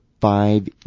five